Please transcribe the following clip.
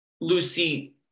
Lucy